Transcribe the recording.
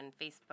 Facebook